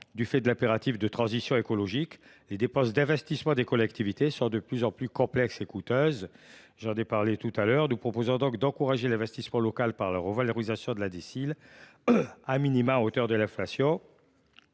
de l’impératif de transition écologique, les dépenses d’investissement des collectivités sont de plus en plus complexes et coûteuses. J’en ai parlé ce matin. Nous proposons donc d’encourager l’investissement local par la revalorisation de la DSIL, a minima à hauteur de l’inflation,